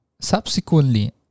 Subsequently